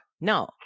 No